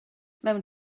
mewn